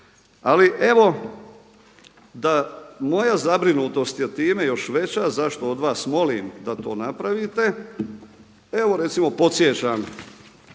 Ali evo da moja zabrinutost je time još veća zašto od vas molim da to napravite, evo recimo podsjećam,